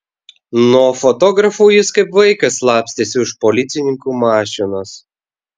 nuo fotografų jis kaip vaikas slapstėsi už policininkų mašinos